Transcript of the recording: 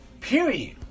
Period